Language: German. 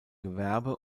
gewerbe